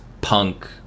punk